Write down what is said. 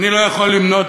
אני לא יכול למנות,